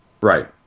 Right